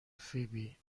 فیبی